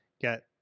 get